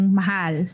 mahal